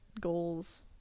goals